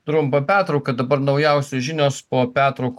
trumpą pertrauką dabar naujausios žinios po pertrauko